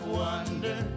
wonder